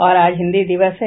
और आज हिन्दी दिवस है